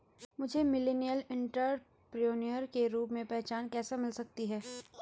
मुझे millennial entrepreneur के रूप में पहचान कैसे मिल सकती है?